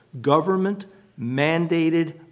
government-mandated